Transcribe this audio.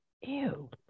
Ew